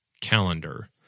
Calendar